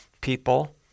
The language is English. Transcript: people